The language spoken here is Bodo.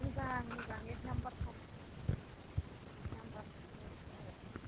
मोजां मोजां एक नाम्बार थार एक नाम्बार रयेल दङ